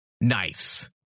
nice